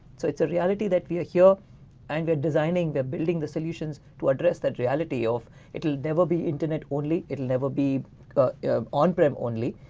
so it's a reality that we're here and they're designing, they're building the solutions to address that reality of it will never be internet only, it will never be on-prem only,